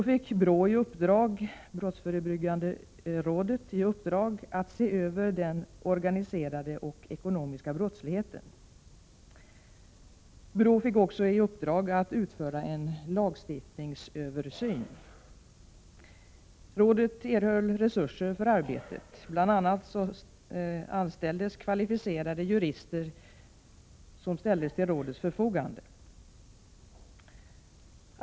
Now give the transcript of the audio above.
Då fick brottsförebyggande rådet, BRÅ, i uppdrag att se över den organiserade och ekonomiska brottsligheten. BRÅ fick också i uppdrag att utföra en lagstiftningsöversyn. Rådet erhöll resurser för arbetet. Bl. a. anställdes kvalificerade jurister som skulle stå till rådets förfogande.